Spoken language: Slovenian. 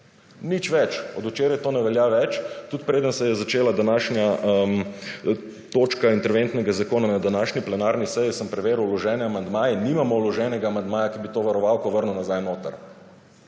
nič več, od včeraj to ne velja več, tudi preden se je začela današnja točka interventnega zakona na današnji plenarni seji sem preveril vložene amandmaje nimamo vloženega amandmaja, ki bi to varovalko vrnil nazaj notri